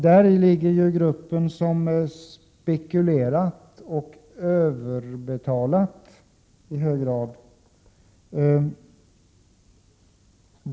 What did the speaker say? Här finner vi den grupp som har spekulerat och överbetalat.